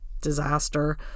disaster